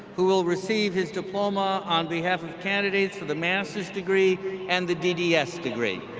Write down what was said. who will receive his diploma on behalf of candidates for the master's degree and the dds degree.